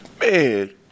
Man